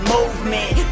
Movement